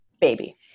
baby